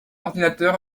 ordinateur